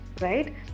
Right